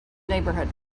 neighborhood